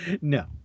No